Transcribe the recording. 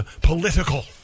political